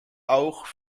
auch